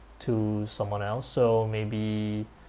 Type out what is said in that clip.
to someone else so maybe